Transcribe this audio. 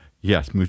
yes